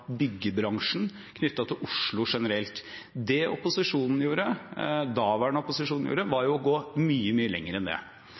byggebransjen knyttet til Oslo generelt. Det daværende opposisjon gjorde, var